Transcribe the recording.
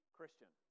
Christian